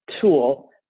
tool